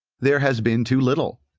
there has been too little.